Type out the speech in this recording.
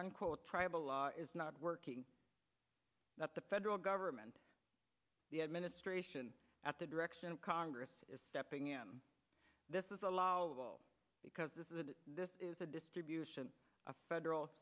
because tribal law is not working that the federal government the administration at the direction of congress is stepping in this is allowable because this is a this is a distribution of federal